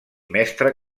mestre